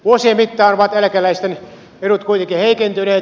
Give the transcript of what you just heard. vuosien mittaan ovat eläkeläisten edut kuitenkin heikentyneet